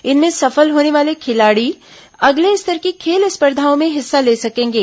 इनमें सफल होने वाले खिलाड़ी अगले स्तर की खेल स्पर्धाओं में हिस्सा ले सकेंगे